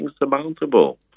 insurmountable